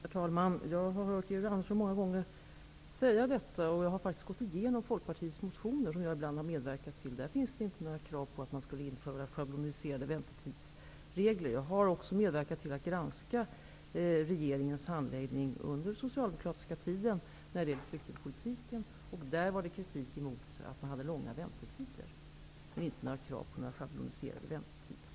Herr talman! Jag har hört Georg Andersson säga dessa saker många gånger. Jag har faktiskt gått igenom Folkpartiets motioner, som jag ibland har medverkat till. Där har inte funnits några krav på att införa schabloniserade väntetidsregler. Jag har också medverkat till att granska regeringens handläggning av flyktingpolitiken under den socialdemokratiska tiden. Då framfördes kritik mot de långa väntetiderna. Men det fanns inte några krav på schablonisering.